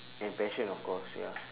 and passion of course ya